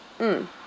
mm